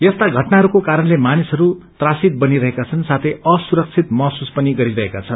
यस्ता घटनाहरूको कारणले मानिसहरू त्रसित बनी रहेका छन् साथै असुरकित महसूश पनि गरी रहेका छन्